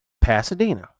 pasadena